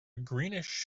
greenish